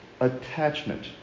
Attachment